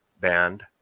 band